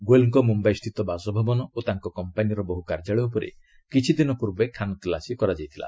ଗୋୟଲଙ୍କ ମୁମ୍ୟଇସ୍ଥିତ ବାସଭବନ ଓ ତାଙ୍କ କମ୍ପାନୀର ବହ୍ର କାର୍ଯ୍ୟାଳୟ ଉପରେ କିଛିଦିନ ପୂର୍ବେ ଖାନ୍ତଲାସୀ କରାଯାଇଥିଲା